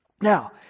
Now